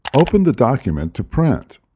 open the document to print.